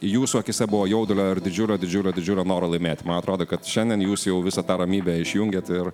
jūsų akyse buvo jaudulio ir didžiulio didžiulio didžiulio noro laimėti man atrodo kad šiandien jūs jau visą tą ramybę išjungėt ir